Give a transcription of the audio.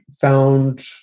found